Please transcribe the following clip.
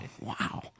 Wow